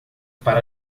para